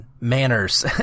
manners